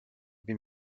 been